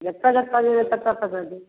जत्तऽ जत्तऽ जेबै ततऽ ततऽ जाएब